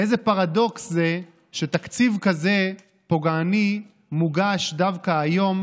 איזה פרדוקס זה שתקציב כזה פוגעני מוגש דווקא היום,